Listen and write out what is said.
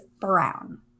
brown